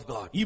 God